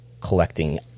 collecting